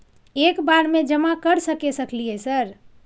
एक बार में जमा कर सके सकलियै सर?